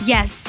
Yes